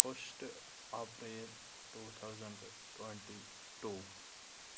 first April two thousand twenty two